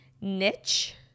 niche